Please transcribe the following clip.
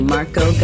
Marco